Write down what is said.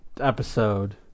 episode